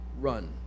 Run